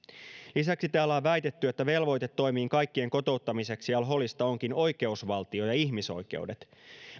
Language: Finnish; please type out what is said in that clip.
lisäksi täällä on väitetty että velvoite toimiin kaikkien kotiuttamiseksi al holista onkin oikeusvaltio ja ihmisoikeudet